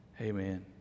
amen